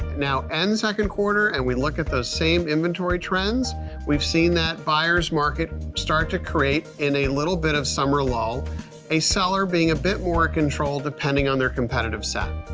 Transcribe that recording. now end second quarter and we look at those same inventory trends we've seen that buyers' market start to create in a little bit of summer lull a seller being a bit more in control depending on their competitive set.